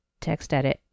TextEdit